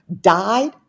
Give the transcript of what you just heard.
died